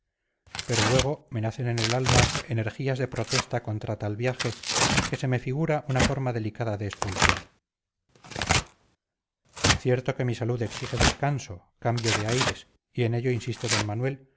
pero luego me nacen en el alma energías de protesta contra tal viaje que se me figura una forma delicada de expulsión cierto que mi salud exige descanso cambio de aires y en ello insiste d manuel